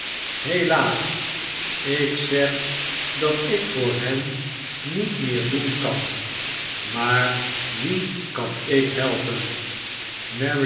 helaas ik zeg dat ik voor hen niet meer doen kan maar wien kan ik helpenr